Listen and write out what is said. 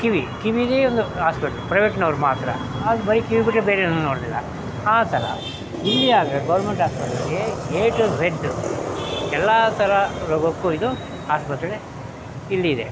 ಕಿವಿ ಕಿವಿಗೆ ಒಂದು ಆಸ್ಪೆಟ್ಲು ಪ್ರೈವೇಟ್ನವ್ರು ಮಾತ್ರ ಅಲ್ಲಿ ಬರೀ ಕಿವಿ ಬಿಟ್ಟರೆ ಬೇರೆ ಏನೂ ನೋಡೋದಿಲ್ಲ ಆ ಥರ ಇಲ್ಲಿ ಆದರೆ ಗೌರ್ಮೆಂಟ್ ಆಸ್ಪತ್ರೆಲಿ ಏ ಟು ಝಡ್ ಎಲ್ಲ ಥರ ರೋಗಕ್ಕೂ ಇದು ಆಸ್ಪತ್ರೆ ಇಲ್ಲಿದೆ